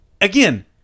Again